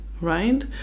right